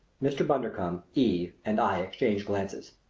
mr. bundercombe, eve, and i exchanged glances.